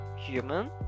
human